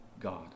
God